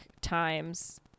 times